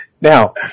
Now